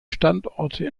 standorte